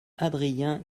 adrien